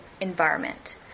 environment